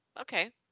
okay